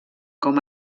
com